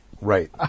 Right